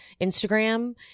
Instagram